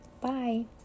bye